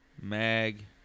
mag